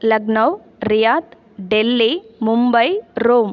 Lucknow Riyadh Delhi Mumbai Rome